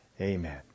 Amen